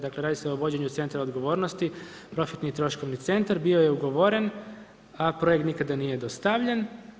Dakle radi se o vođenju centra odgovornosti, profitni troškovni centar, bio je ugovoren, a projekt nikad nije dostavljen.